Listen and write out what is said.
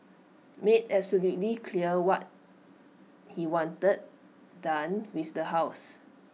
made absolutely clear what he wanted done with the house